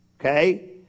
Okay